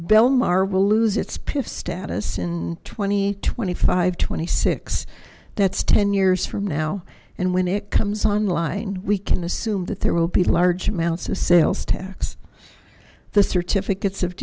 bellmawr will lose its piff status and twenty twenty five twenty six that's ten years from now and when it comes online we can assume that there will be large amounts of sales tax the certificates of